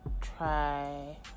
try